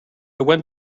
went